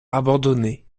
abandonné